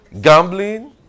Gambling